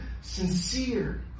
Sincere